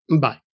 Bye